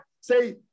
say